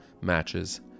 matches